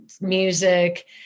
music